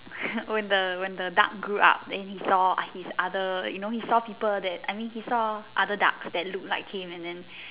when the when the duck grew up then he saw like his other you know he saw people that I mean he saw other ducks that looked like him and then